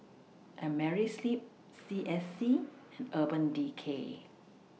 Amerisleep C S C Urban Decay